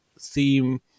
theme